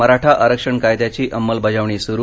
मराठा आरक्षण कायद्याची अंमलबजावणी सुरू